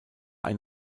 ein